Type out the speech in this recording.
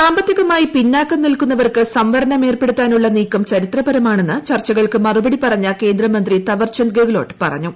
സാമ്പത്തികമായി പിന്നാക്കം നിൽക്കുന്ന്വർക്ക് സംവരണം ഏർപ്പെടുത്താനുള്ള് നീക്കം ചരിത്രപരമാണെന്ന് ചർച്ചകൾക്ക് മറുപടി പറഞ്ഞ് കേന്ദ്രമന്ത്രി തവർചന്ദ് ഗെഹ്ലോട്ട് പ റഞ്ഞു